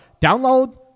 download